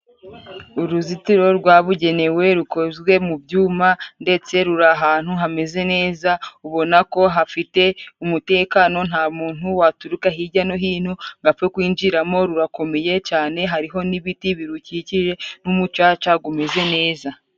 Uruzitiro rwabugenewe rukozwe mu byuma ndetse ruri ahantu hameze neza, ubona ko hafite umutekano nta muntu waturuka hijya no hino ngo apfe kwinjiramo, rurakomeye cane hariho n'ibiti birukikije n'umucaca gumeze neza.